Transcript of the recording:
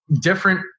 different